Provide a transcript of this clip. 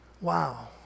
Wow